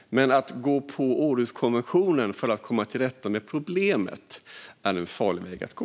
Men att gå på Århuskonventionen för att komma till rätta med problemet är en farlig väg att gå.